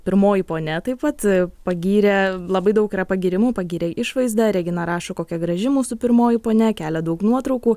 pirmoji ponia taip pat pagyrė labai daug yra pagyrimų pagyrė išvaizdą regina rašo kokia graži mūsų pirmoji ponia kelia daug nuotraukų